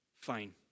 Fine